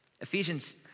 Ephesians